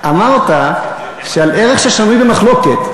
אמרת שעל ערך ששנוי במחלוקת,